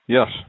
Yes